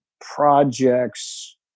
projects